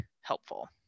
helpful